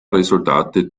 resultate